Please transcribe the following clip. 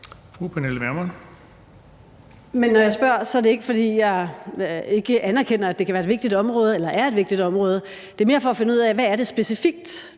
Pernille Vermund (LA): Men når jeg spørger, er det ikke, fordi jeg ikke anerkender, at det kan være et vigtigt område, eller at det er et vigtigt område. Det er mere for at finde ud af, hvad det specifikt